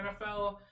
NFL